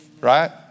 Right